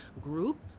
group